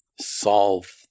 solve